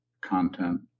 content